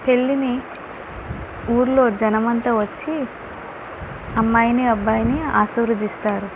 పెళ్ళిని ఊరిలో జనమంతా వచ్చి అమ్మాయిని అబ్బాయిని ఆశీర్వదిస్తారు